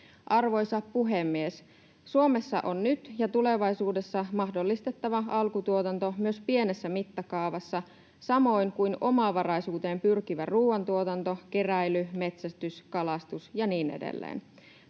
Arvoisa puhemies! Suomessa on nyt ja tulevaisuudessa mahdollistettava alkutuotanto myös pienessä mittakaavassa samoin kuin omavaraisuuteen pyrkivä ruuantuotanto, keräily, metsästys, kalastus ja niin edelleen.